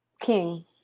King